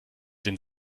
den